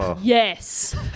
Yes